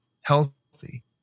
healthy